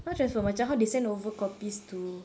not transfer macam how they send over copies to